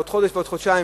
עוד חודש ועוד חודשיים,